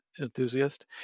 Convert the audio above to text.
enthusiast